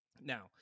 Now